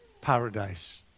paradise